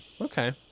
Okay